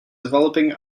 developing